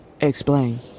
Explain